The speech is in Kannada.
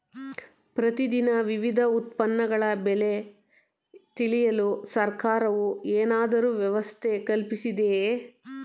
ಪ್ರತಿ ದಿನ ವಿವಿಧ ಉತ್ಪನ್ನಗಳ ಬೆಲೆ ತಿಳಿಯಲು ಸರ್ಕಾರವು ಏನಾದರೂ ವ್ಯವಸ್ಥೆ ಕಲ್ಪಿಸಿದೆಯೇ?